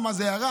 מה זה הערה,